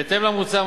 בהתאם למוצע,